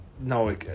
no